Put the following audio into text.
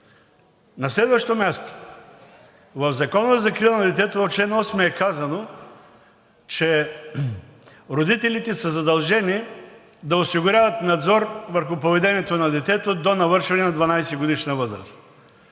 На следващо място, в Закона за закрила на детето, в чл. 8 е казано, че родителите са задължени да осигуряват надзор върху поведението на детето до навършване на 12-годишна възраст.